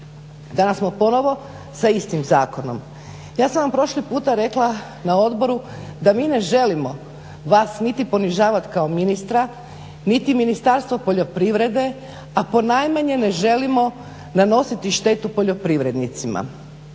danas smo ponovo sa istim zakonom. Ja sam vam prošli puta rekla na odboru da mi ne želimo vas niti ponižavat kao ministra, niti Ministarstvo poljoprivrede a ponajmanje ne želimo nanositi štetu poljoprivrednicima.